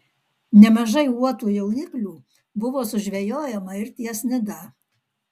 nemažai uotų jauniklių buvo sužvejojama ir ties nida